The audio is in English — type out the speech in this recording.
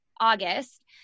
August